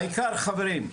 העיקר חברים,